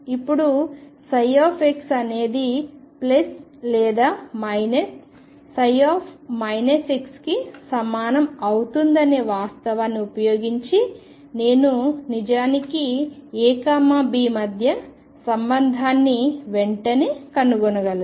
ఇప్పుడు ψ అనేది లేదా ψకి సమానం అవుతుందనే వాస్తవాన్ని ఉపయోగించి నేను నిజానికి AB మధ్య సంబంధాన్ని వెంటనే కనుగొనగలను